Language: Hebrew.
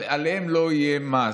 אבל עליהם לא יהיה מס.